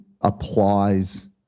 applies